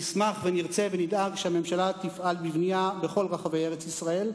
נשמח ונרצה ונדאג שהממשלה תפעל בבנייה בכל רחבי ארץ-ישראל,